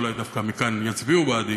אולי דווקא מכאן יצביעו בעדי,